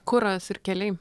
kuras ir keliai